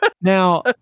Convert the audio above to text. Now